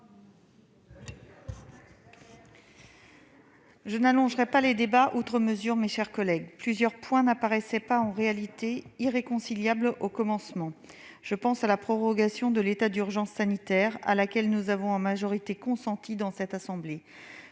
Je n'allongerai pas les débats outre mesure, mes chers collègues. Plusieurs points n'apparaissaient pas irréconciliables au commencement. Je pense à la prorogation de l'état d'urgence sanitaire, à laquelle nous avons en majorité consenti dans cette assemblée.